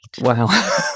Wow